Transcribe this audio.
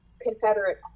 Confederate